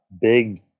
big